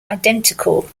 identical